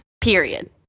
period